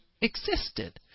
existed